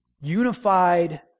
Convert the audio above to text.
Unified